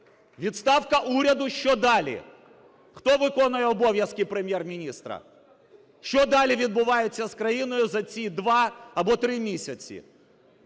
Відставка уряду - що далі? Хто виконує обов'язки Прем'єр-міністра? Що далі відбувається з країною за ці два або три місяці?